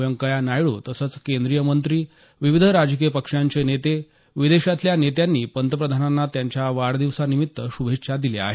व्यंकय्या नायडू तसंच केंद्रीय मंत्री विविध राजकीय पक्षांचे नेते विदेशातल्या नेत्यांनी पंतप्रधानांना त्यांच्या वाढदिवसानिमित्त श्भेच्छा दिल्या आहेत